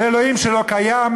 לאלוהים שלא קיים,